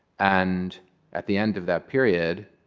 and at the end of that period